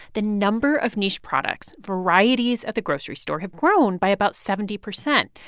the number of niche products, varieties at the grocery store, have grown by about seventy percent.